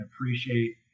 appreciate